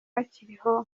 bakiriho